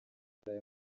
ntara